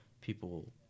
people